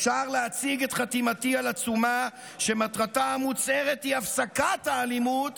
אפשר להציג את חתימתי על עצומה שמטרתה המוצהרת היא הפסקת האלימות